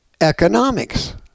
economics